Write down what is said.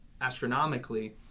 astronomically